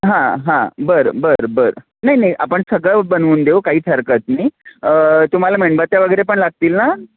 हा हा बरं बरं बरं नाही नाही आपण सगळं बनवून देऊ काही हरकत नाही तुम्हाला मेणबत्त्या वगैरे पण लागतील ना